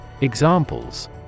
Examples